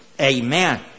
Amen